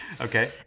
okay